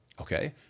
Okay